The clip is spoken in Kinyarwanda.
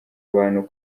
abantu